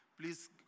Please